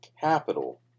capital